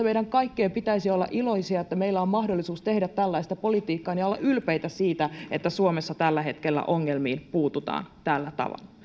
meidän kaikkien pitäisi olla iloisia iloisia siitä että meillä on mahdollisuus tehdä tällaista politiikkaa ja ylpeitä siitä että suomessa tällä hetkellä ongelmiin puututaan tällä tavalla